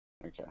Okay